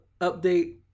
update